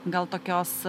gal tokios